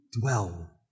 dwell